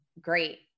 great